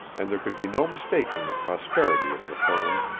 and there could be no mistaking the prosperity of the firm.